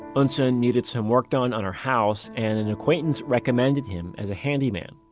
eunsoon needed some work done on her house and an acquaintance recommended him as a handyman.